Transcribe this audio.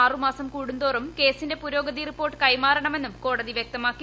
ആറുമാസം കൂടുമ്പോൾ കേസിന്റെ പ്പുരോഗതി റിപ്പോർട്ട് കൈമാറണമെന്നും കോടതി വൃക്തമാക്കി